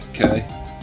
Okay